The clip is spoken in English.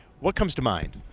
what comes to mind?